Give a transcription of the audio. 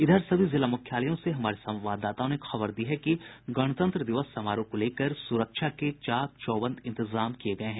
इधर सभी जिला मुख्यालयों से हमारे संवाददाताओं ने खबर दी है कि गणतंत्र दिवस समारोह को लेकर सुरक्षा के चाक चौबंद इंतजाम किये गये हैं